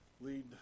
Lead